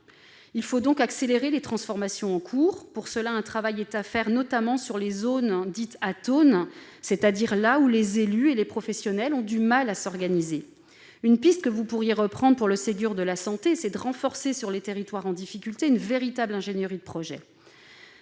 Il faut donc accélérer les transformations en cours. Pour cela, un travail doit être mené, notamment sur les zones dites atones, c'est-à-dire là où les élus et les professionnels ont du mal à s'organiser. Une piste que vous pourriez reprendre pour le Ségur de la santé est de renforcer sur les territoires en difficulté une véritable ingénierie de projet.